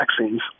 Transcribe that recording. vaccines